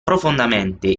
profondamente